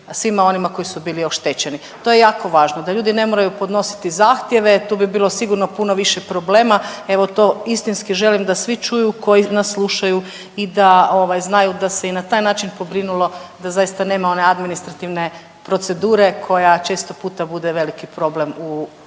svima onima koji su bili oštećeni. To je jako važno da ljudi ne moraju podnositi zahtjeve. Tu bi bilo sigurno puno više problema. Evo to istinski želim da svi čuju koji nas slušaju i da ovaj znaju da se i na taj način pobrinulo da zaista nema one administrativne procedure koja često puta bude veliki problem u